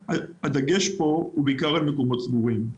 הדגש פה הוא בעיקר על מקומות סגורים,